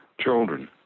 children